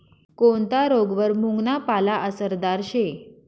कोनता रोगवर मुंगना पाला आसरदार शे